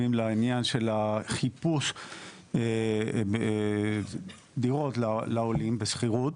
לעניין של העניין של החיפוש דיור לעולים בשכירות,